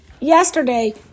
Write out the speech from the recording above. Yesterday